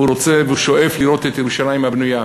הוא רוצה והוא שואף לראות את ירושלים הבנויה.